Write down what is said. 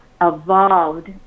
evolved